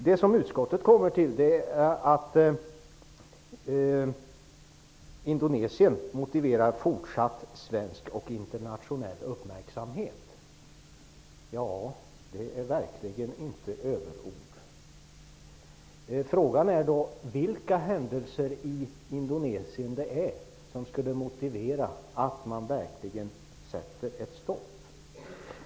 Det som utskottet kommer till är att Indonesien motiverar fortsatt svensk och internationell uppmärksamhet. Ja, det är verkligen inte överord. Frågan är då vilka händelser i Indonesien som skulle motivera att man verkligen sätter ett stopp.